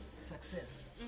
success